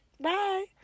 bye